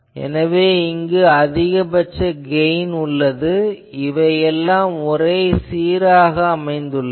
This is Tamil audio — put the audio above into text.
எனவே இங்கு அதிகபட்ச கெயின் எங்குள்ளது இவை எல்லாம் ஒரே சீராக அமைந்துள்ளன